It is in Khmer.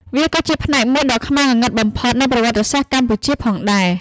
វាក៏ជាផ្នែកមួយដ៏ខ្មៅងងឹតបំផុតនៃប្រវត្តិសាស្ត្រកម្ពុជាផងដែរ។